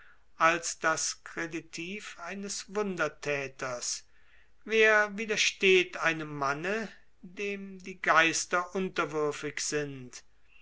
als das kreditiv eines wundertäters wer widersteht einem manne dem die geister unterwürfig sind